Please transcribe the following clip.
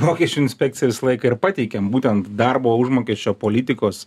mokesčių inspekciją visą laiką ir pateikėm būtent darbo užmokesčio politikos